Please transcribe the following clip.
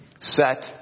Set